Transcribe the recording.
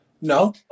no